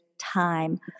time